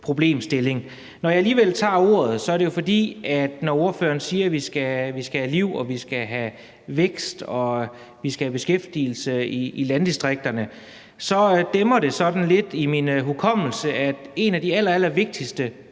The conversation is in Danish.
problemstilling. Når jeg alligevel tager ordet, er det, fordi, når ordføreren siger, at vi skal have liv, vækst og beskæftigelse i landdistrikterne, så dæmrer det sådan lidt for mig i min hukommelse, at en af de allervigtigste